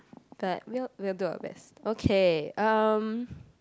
but we'll we'll do our best okay um